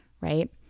right